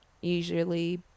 usually